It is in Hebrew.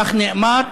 כך נאמר.